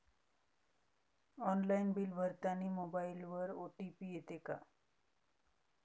Online bill भरतानी मोबाईलवर OTP येते का?